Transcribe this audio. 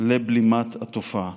לבלימת התופעה.